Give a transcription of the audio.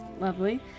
Lovely